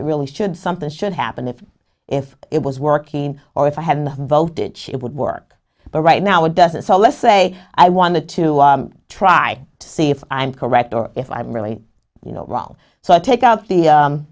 it really should something should happen if if it was working or if i haven't voted she would work but right now it doesn't so let's say i wanted to try to see if i'm correct or if i'm really you know wrong so i take out th